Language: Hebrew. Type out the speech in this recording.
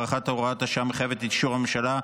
הארכת הוראת השעה מחייבת את אישור הממשלה,